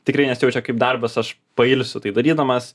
tikrai nesijaučia kaip darbas aš pailsiu tai darydamas